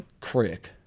Crick